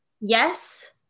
yes